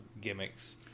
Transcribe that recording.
gimmicks